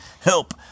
help